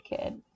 kid